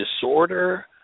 disorder